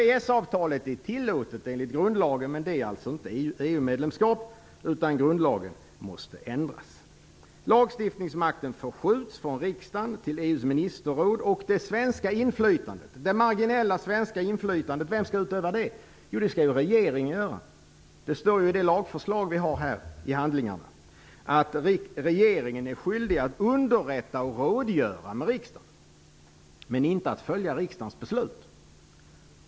EES-avtalet är tillåtet enligt grundlagen. Det är alltså inte ett EU-medlemskap, utan grundlagen måste ändras. Lagstiftningsmakten förskjuts från riksdagen till EU:s ministerråd. Det marginella svenska inflytandet, vem skall utöva det? Jo, det skall regeringen göra. Det står i det lagförslag vi har här, i handlingarna, att regeringen är skyldig att underrätta och rådgöra med riksdagen, men inte att följa riksdagens beslut.